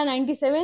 97